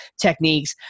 techniques